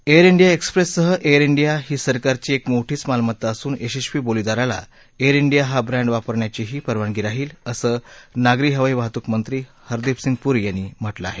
air India एक्सप्रेससह Air India ही सरकारची एक मोठीच मालमत्ता असून यशस्वी बोलीदाराला एअर इंडिया हा ब्रँड वापरण्याचीही परवानगी राहील असं नागरी हवाई वाहतूक मंत्री हरदीपसिंग पुरी यांनी म्हटलं आहे